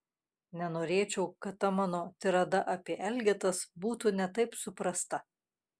nenorėčiau kad ta mano tirada apie elgetas būtų ne taip suprasta